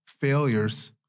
failures